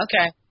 okay